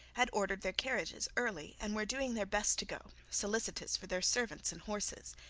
had ordered their carriages early, and were doing their best to go, solicitous for their servants and horses.